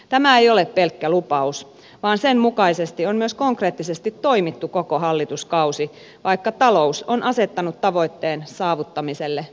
tämä ei ole pelkkä lupaus vaan sen mukaisesti on myös konkreettisesti toimittu koko hallituskausi vaikka talous on asettanut tavoitteen saavuttamiselle merkittäviä haasteita